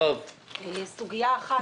סוגיה אחת,